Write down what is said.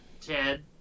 Ted